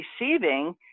receiving